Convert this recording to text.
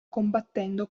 combattendo